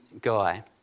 guy